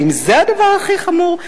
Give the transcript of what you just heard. האם זה הדבר הכי חמור?